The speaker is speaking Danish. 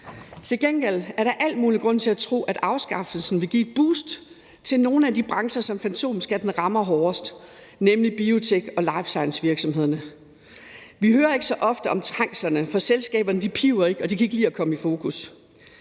Til gengæld er der al mulig grund til at tro, at afskaffelsen vil give et boost til nogle af de brancher, som fantomskatten rammer hårdest, nemlig biotek- og lifesciencevirksomhederne. Vi hører ikke så ofte om trængslerne, for selskaberne piver ikke og kan ikke lide at komme i fokus.